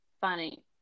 funny